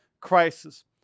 crisis